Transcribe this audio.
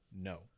No